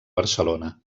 barcelona